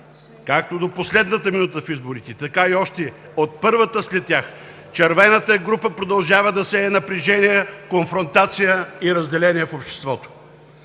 Както до последната минута в изборите, така и още в първата от тях червената група продължава да сее напрежение, конфронтация и разделение в обществото.